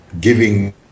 giving